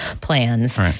plans